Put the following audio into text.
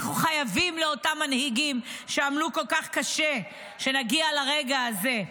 אנחנו חייבים לאותם מנהיגים שעמלו כל כך קשה שנגיע לרגע הזה.